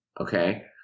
Okay